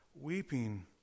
weeping